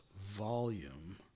volume